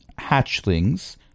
hatchlings